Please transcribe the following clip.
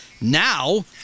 now